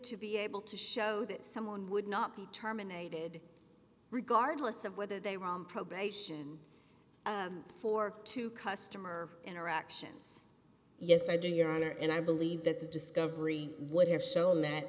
to be able to show that someone would not be terminated regardless of whether they were on probation for two customer interactions yes i do your honor and i believe that the discovery would have shown that